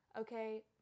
Okay